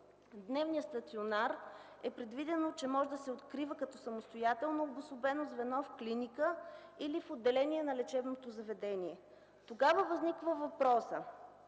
дневен стационар може да се открива като самостоятелно обособено звено в клиника или в отделение на лечебното заведение. Тогава възниква въпросът